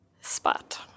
spot